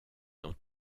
dans